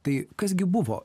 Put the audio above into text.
tai kas gi buvo